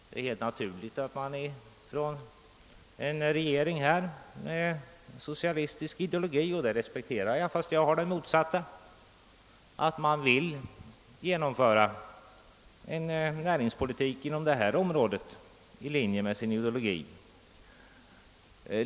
Det är helt naturligt att en regering med en socialistisk ideologi, som jag kan respektera även om jag har en motsatt uppfattning, vill genomföra en näringspolitik inom detta område i linje med sin ideologi.